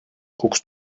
guckst